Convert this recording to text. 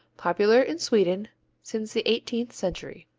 popular in sweden since the eighteenth century.